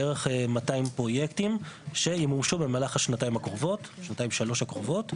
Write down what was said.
בערך 200 פרויקטים שימומשו במהלך השנתיים-שלוש הקרובות.